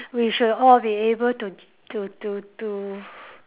we should all be able to to to to